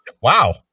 Wow